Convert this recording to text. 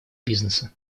бизнеса